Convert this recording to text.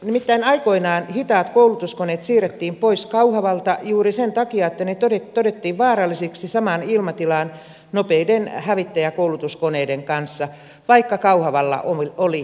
nimittäin aikoinaan hitaat koulutuskoneet siirrettiin pois kauhavalta juuri sen takia että ne todettiin vaarallisiksi samaan ilmatilaan nopeiden hävittäjäkoulutuskoneiden kanssa vaikka kauhavalla oli oma lentokenttä